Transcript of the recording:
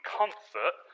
comfort